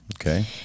Okay